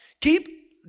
Keep